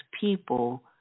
people